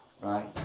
right